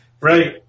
Right